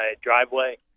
driveway